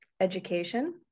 education